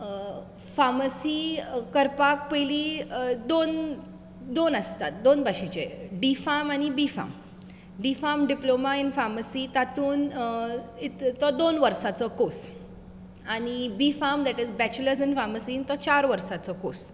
pharmacy करपा पयलीं दोन दोन आसतात दोन भाशेचे डी फार्म आनी B pharm D pharm diploma in pharmacy तातून तो दोन वर्सांचो course B pharm that is bachelor in pharmacy तो चार वर्सांचो कोर्स